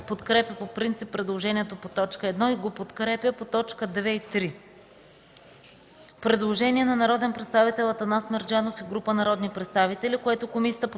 подкрепя по принцип предложението по т. 1 и го подкрепя по т. 2 и 3.